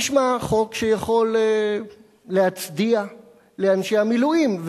זה נשמע כמו חוק שיכול להצדיע לאנשי המילואים,